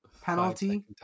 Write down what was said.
penalty